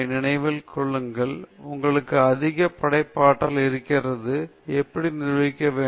நினைவில் கொள்ளுங்கள் உங்களுக்கு அதிக படைப்பாற்றல் இருக்கிறது எப்படி நிர்வகிக்க வேண்டும்